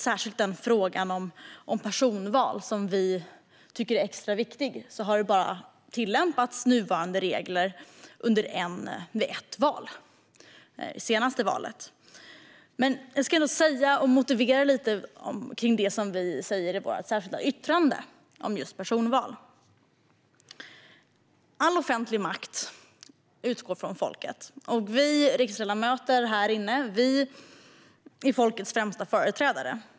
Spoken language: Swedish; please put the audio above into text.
När det gäller personval, som vi tycker är en särskilt viktig fråga, har nuvarande regler bara tillämpats vid ett val, nämligen det senaste valet. Jag vill ta upp och motivera det som vi säger i vårt särskilda yttrande om just personval. All offentlig makt utgår från folket, och vi riksdagsledamöter är folkets främsta företrädare.